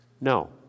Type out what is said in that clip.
no